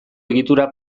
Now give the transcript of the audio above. egitura